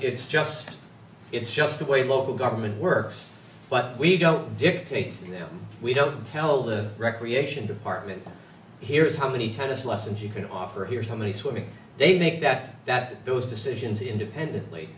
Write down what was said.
it's just it's just the way local government works but we don't dictate to them we don't tell the recreation department here's how many tennis lessons you can offer here how many swimming they make that that those decisions independently